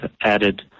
added